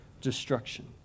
destruction